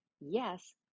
yes